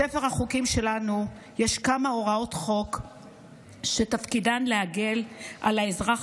בספר החוקים שלנו יש כמה הוראות חוק שתפקידן להגן על האזרח